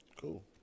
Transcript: Cool